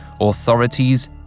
Authorities